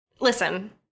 Listen